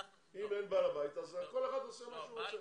אם אין בעל בית אז כל אחד עושה מה שהוא רוצה.